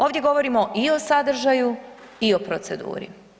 Ovdje govorimo i o sadržaju i o proceduru.